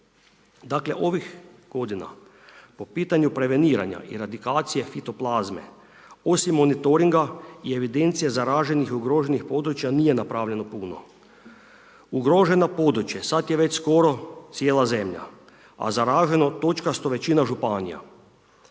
Dakle, ovih godina po pitanju preveniranja i ratikacije fitoplazme, osim monitoringa i evidencija zaraženih, ugroženih područja nije napravljeno puno. Ugroženo područje, sada je već skoro cijela zemlja, a zaraženo točkasto većina županija.